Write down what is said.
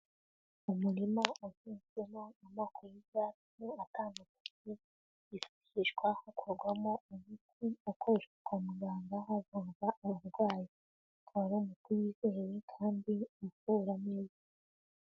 Mu umurima uhizwemo amoko y'ibyatsi atandukanye yifashishwa hakorwamo umuti ukoreshwa kwa muganga havurwa uburwayi, ukaba ari umunti wizehe kandi uvura neza.